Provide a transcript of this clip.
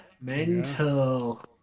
Mental